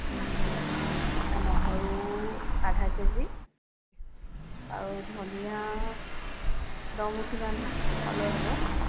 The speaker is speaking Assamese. নহৰু আধা কে জি আৰু ধনীয়া দহ মুঠিমান হলেই হব